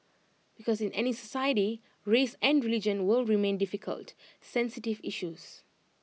because in any society race and religion will remain difficult sensitive issues